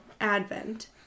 Advent